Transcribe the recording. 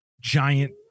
giant